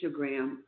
instagram